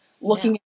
looking